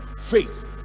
faith